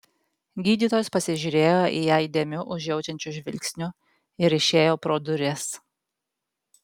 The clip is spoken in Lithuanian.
gydytojas pasižiūrėjo į ją įdėmiu užjaučiančiu žvilgsniu ir išėjo pro duris